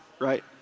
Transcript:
Right